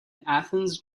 athens